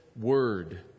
word